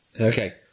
Okay